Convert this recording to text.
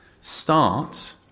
Start